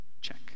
Check